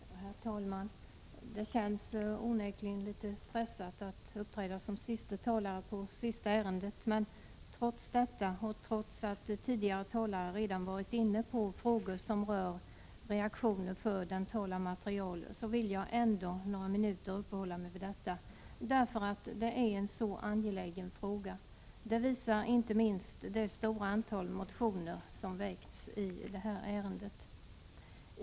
Herr talman! Det känns onekligen litet pressat att uppträda som siste talare i det sista ärendet. Men trots detta och trots att tidigare talare redan varit inne på frågor som rör reaktioner mot dentala material vill jag uppehålla mig vid det några minuter, därför att det är en så angelägen fråga. Det visar inte minst det stora antal motioner som väckts i det här ärendet.